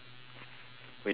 with the phone in your ear